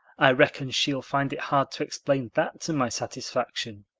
i reckon she'll find it hard to explain that to my satisfaction.